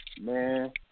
man